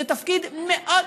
זה תפקיד מאוד,